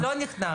לא, לא נכנס.